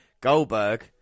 Goldberg